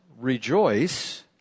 rejoice